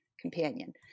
companion